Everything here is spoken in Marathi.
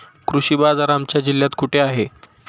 कृषी बाजार आमच्या जिल्ह्यात कुठे आहे?